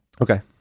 Okay